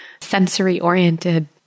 sensory-oriented